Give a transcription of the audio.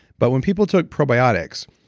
but when people took probiotics,